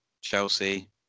Chelsea